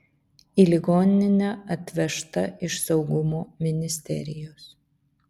į ligoninę atvežta iš saugumo ministerijos